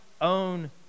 own